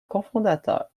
cofondateur